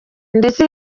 ndetse